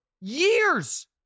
years